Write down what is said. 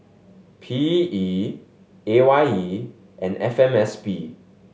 P E A Y E and F M S P